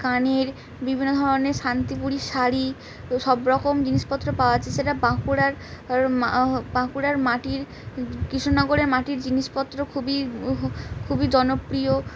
কানের বিভিন্ন ধরনের শান্তিপুরি শাড়ি সব রকম জিনিসপত্র পাওয়াছে সেটা বাঁকুড়ার বাঁকুড়ার মাটির কিষ্নগরের মাটির জিনিসপত্র খুবই খুবই জনপ্রিয়